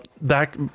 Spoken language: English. back